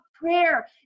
prayer